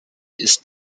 ist